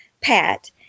Pat